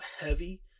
heavy